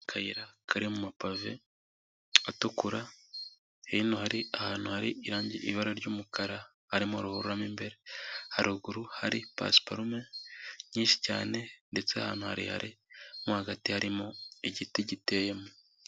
Akayira kari mu mapave atukura hino hari ahantu hari ibara ry'umukara, harimo ruhurura mu imbere, haruguru hari pasiparume nyinshi cyane ndetse ahantu harehare mo hagati harimo igiti giteyemo.